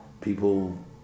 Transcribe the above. people